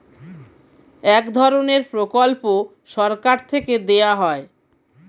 এক ধরনের প্রকল্প সরকার থেকে দেওয়া হয়